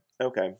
Okay